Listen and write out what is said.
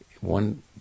one